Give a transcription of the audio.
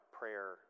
prayer